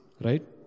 Right